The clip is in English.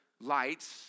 lights